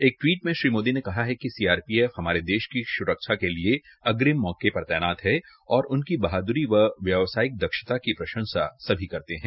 एक टवीट में श्री मोदी ने कहा कि सीआरपीएफ हमारे देश की सुरक्षा के लिए अग्रिम मोर्चे पर तैनात है और उनकी बहादुरी व व्यवसायिक दक्षता की प्रशंसा सभी करते है